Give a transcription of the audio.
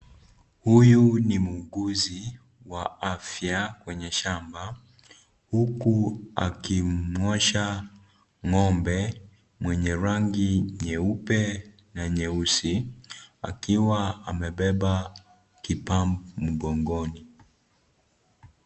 Huyu ni mwuguzi wa afywa kwenye shamba huku akumwosha ng'ombe mwenye rangi nyeupe na nyeusi akiwa amebeba kipampu mgongoni.